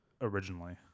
originally